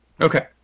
Okay